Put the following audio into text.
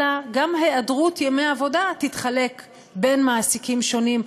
אלא ההיעדרות מימי העבודה תתחלק בין מעסיקים שונים,